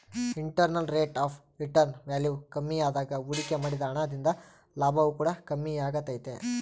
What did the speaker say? internal rate of return value ಕಮ್ಮಿಯಾದಾಗ ಹೂಡಿಕೆ ಮಾಡಿದ ಹಣ ದಿಂದ ಲಾಭವು ಕೂಡ ಕಮ್ಮಿಯಾಗೆ ತೈತೆ